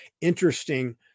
interesting